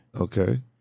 Okay